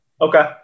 Okay